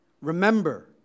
Remember